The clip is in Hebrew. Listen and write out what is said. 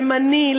ימני,